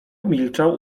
milczał